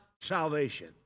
salvation